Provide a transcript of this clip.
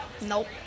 Nope